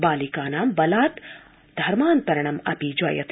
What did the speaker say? बालिकानां बलात् धर्मान्तरणमपि जायते